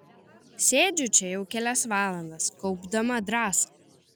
sėdžiu čia jau kelias valandas kaupdama drąsą